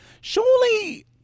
surely